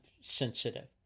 sensitive